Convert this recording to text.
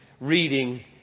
reading